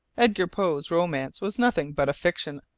edgar poe's romance was nothing but a fiction,